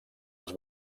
els